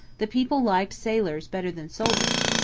the people liked sailors better than soldiers.